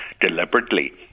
deliberately